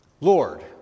Lord